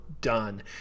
done